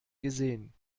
gesehen